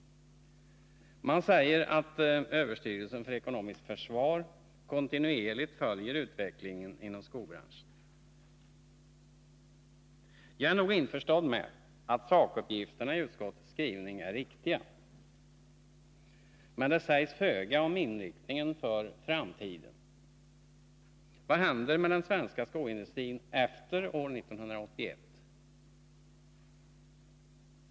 Man säger att överstyrelsen för ekonomiskt försvar kontinuerligt följer utvecklingen inom skobranschen. Jag är nog införstådd med att sakuppgifterna i utskottets skrivning är riktiga. Men det sägs föga om inriktningen för framtiden. Vad händer med den svenska skoindustrin efter år 1981?